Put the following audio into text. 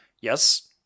Yes